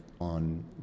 on